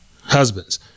Husbands